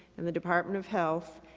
and the department of health,